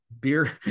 beer